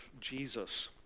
Jesus